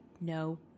no